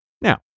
Now